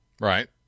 Right